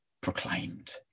proclaimed